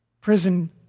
prison